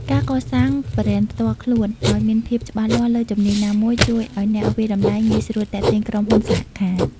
ការកសាងប្រេនផ្ទាល់ខ្លួន ឱ្យមានភាពច្បាស់លាស់លើជំនាញណាមួយ ជួយឱ្យអ្នកវាយតម្លៃងាយស្រួលទាក់ទាញក្រុមហ៊ុនសហការ។